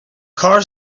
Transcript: car